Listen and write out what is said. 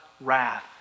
wrath